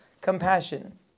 compassion